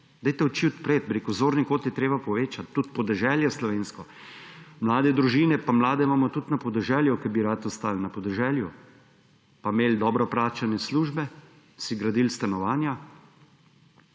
Litiji. Oči odprite, bi rekel, zorni kot je treba povečati, tudi na podeželje slovensko. Mlade družine pa mlade imamo tudi na podeželju, ki bi radi ostali na podeželju pa imeli dobro plačane službe, si gradili stanovanja,